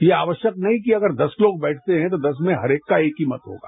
यह आवश्यक नहीं कि अगर दस लोग बैठते हैं तो दस में हर एक का एक ही मत होगा